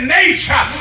nature